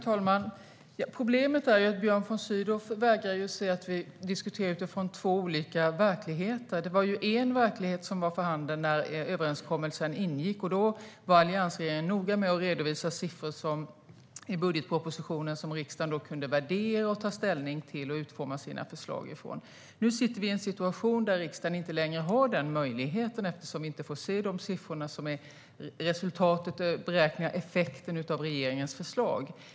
Herr talman! Problemet är ju att Björn von Sydow vägrar att se att vi diskuterar utifrån två olika verkligheter. Det var en verklighet som var för handen när överenskommelsen ingicks, och då var alliansregeringen noga med att redovisa siffror i budgetpropositionen som riksdagen sedan kunde värdera, ta ställning till och utforma sitt förslag utifrån. Nu har vi en situation där riksdagen inte längre har den möjligheten eftersom vi inte får se de siffror som visar effekterna av regeringens förslag.